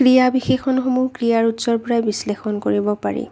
ক্ৰিয়া বিশেষণসমূহ ক্ৰিয়াৰ উৎসৰ পৰাই বিশ্লেষণ কৰিব পাৰি